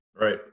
right